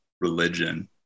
religion